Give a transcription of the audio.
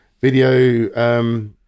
video